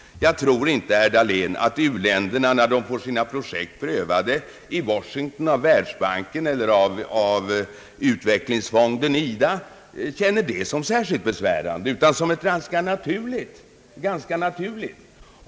Jag tror inte, herr Dahlén, att u-länderna känner det såsom särskilt besvärande, när de får sina projekt prövade i Washington av världsbanken eller av utvecklingsfon den IDA, utan att de tar det såsom något ganska naturligt.